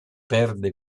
perde